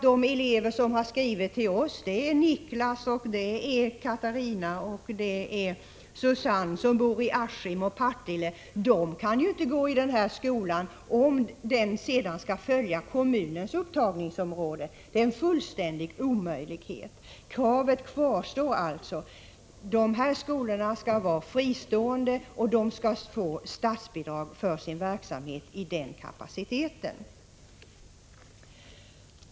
De elever som har skrivit till oss är Niklas, Katarina och Susanne som bor i Askim och i Partille, och det är fullständigt omöjligt för dem att gå i denna skola, om den i framtiden skall följa kommunens upptagningsområde. Kravet att dessa skolor skall vara fristående och att de skall få statsbidrag för sin verksamhet i den kapaciteten kvarstår.